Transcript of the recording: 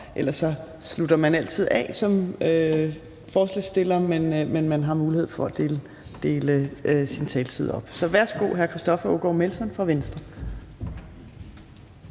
ellers slutter man altid af som ordfører for forslagsstillerne, men man har mulighed for at dele sin taletid op. Værsgo til hr. Christoffer Aagaard Melson fra Venstre.